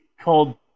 called